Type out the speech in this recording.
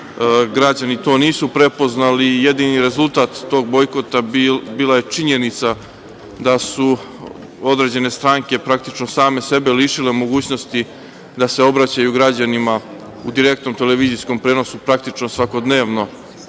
građani to nisu prepoznali i jedini rezultat tog bojkota bila je činjenica da su određene stranke praktično same sebe lišile mogućnosti da se obraćaju građanima u direktnom televizijskom prenosu, praktično, svakodnevno